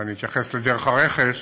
ואני אתייחס לזה דרך הרכש,